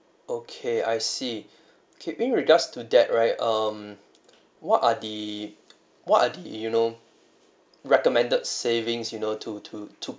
okay I see keeping regards to that right um what are the what are the you know recommended savings you know to to to